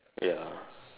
ya